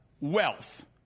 wealth